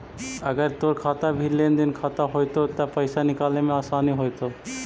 अगर तोर खाता भी लेन देन खाता होयतो त पाइसा निकाले में आसानी होयतो